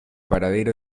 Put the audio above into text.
paradero